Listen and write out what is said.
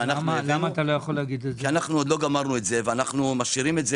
אני לא יכול לומר את זה כי עוד לא גמרנו את זה ואנו משאירים את זה